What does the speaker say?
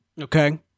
Okay